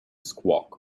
squawk